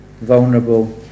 vulnerable